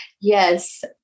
Yes